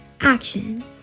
Action